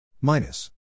Minus